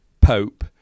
pope